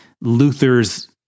Luther's